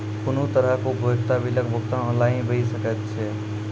कुनू तरहक उपयोगिता बिलक भुगतान ऑनलाइन भऽ सकैत छै?